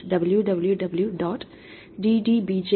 ddbj